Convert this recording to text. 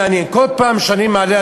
מאוד מעניין: כל פעם שאני מעלה,